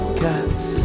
cats